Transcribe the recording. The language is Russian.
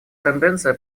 тенденция